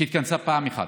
שהתכנסה פעם אחת,